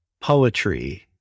poetry